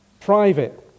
private